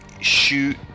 shoot